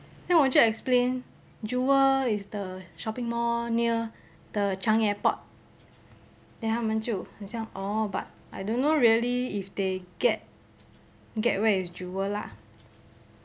then 我就 explain jewel is the shopping mall near the changi airport then 他们就很像 orh but I don't know really if they get get where is jewel lah